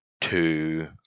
two